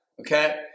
okay